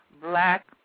black